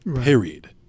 Period